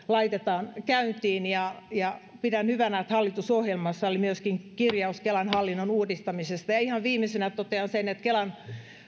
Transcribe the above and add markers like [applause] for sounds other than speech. [unintelligible] laitetaan käyntiin ja ja pidän hyvänä että hallitusohjelmassa oli myöskin kirjaus kelan hallinnon uudistamisesta ja ihan viimeisenä totean sen että kelan